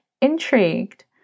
Intrigued